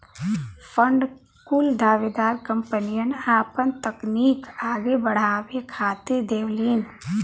fund कुल दावेदार कंपनियन आपन तकनीक आगे अड़ावे खातिर देवलीन